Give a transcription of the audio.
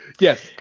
Yes